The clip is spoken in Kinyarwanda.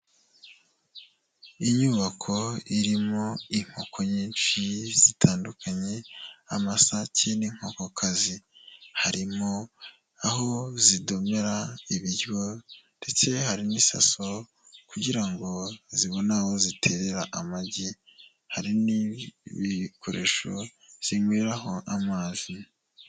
Inyubako irimo inkoko nyinshi zitandukanye, amasake n'inkokokazi, harimo aho zidomera ibiryo ndetse hari n'isaso kugira ngo zibone aho ziterare amagi, hari n'ibikoresho zinyweraho amazi.